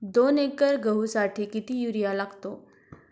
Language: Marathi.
दोन एकर गहूसाठी किती युरिया लागतो?